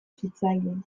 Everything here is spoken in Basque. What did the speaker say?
zitzaien